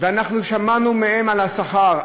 ואנחנו שמענו מהם על השכר,